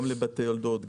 גם לבתי יולדות,